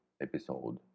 episode